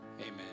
Amen